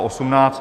18.